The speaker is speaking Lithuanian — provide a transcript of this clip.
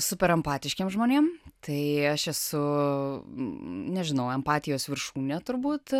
super empatiškiems žmonėms tai aš esu nežinau empatijos viršūnė turbūt